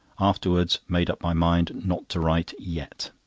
afterwards made up my mind not to write yet.